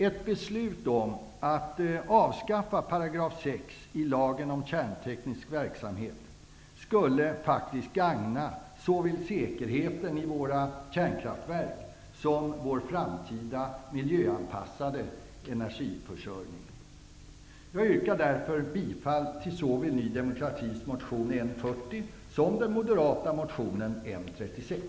Ett beslut om att avskaffa 6 § i lagen om kärnteknisk verksamhet skulle gagna såväl säkerheten i våra kärnkraftverk som vår framtida, miljöanpassade energiförsörjning. Jag yrkar därför bifall till såväl Ny demokratis motion N40 som den moderata motionen N36.